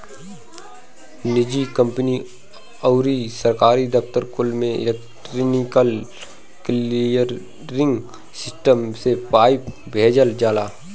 निजी कंपनी अउरी सरकारी दफ्तर कुल में इलेक्ट्रोनिक क्लीयरिंग सिस्टम से पईसा भेजल जाला